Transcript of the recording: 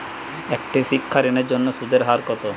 একটি শিক্ষা ঋণের জন্য সুদের হার কত?